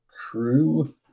crew